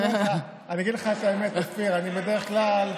אני אגיד לך את האמת, אופיר, אני בדרך כלל,